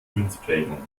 münzprägung